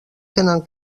tenen